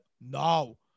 No